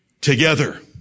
Together